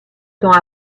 temps